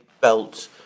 belt